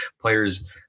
players